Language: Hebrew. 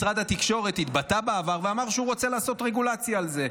משרד התקשורת התבטא בעבר ואמר שהוא רוצה לעשות רגולציה על זה.